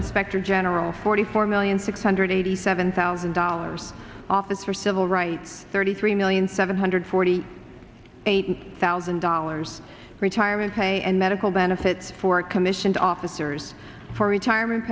inspector general forty four million six hundred eighty seven thousand dollars office for civil rights thirty three million seven hundred forty eight thousand dollars retirement pay and medical benefits for commissioned officers for retirement